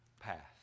path